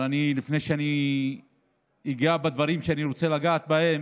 אבל לפני שאני אגע בדברים שאני רוצה לגעת בהם,